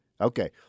Okay